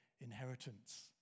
inheritance